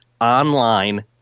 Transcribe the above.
Online